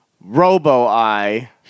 robo-eye